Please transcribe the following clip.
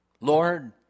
Lord